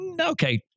Okay